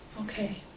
Okay